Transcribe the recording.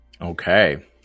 Okay